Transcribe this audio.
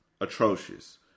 atrocious